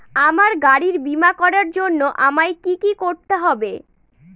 আমার গাড়ির বীমা করার জন্য আমায় কি কী করতে হবে?